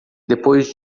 depois